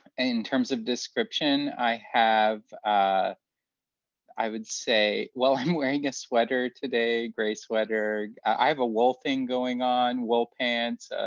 in terms of description, i have, ah i would say, well, i'm wearing a sweater today, a gray sweater. i have a wool thing going on, wool pants,